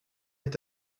est